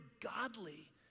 godly